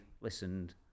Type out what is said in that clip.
listened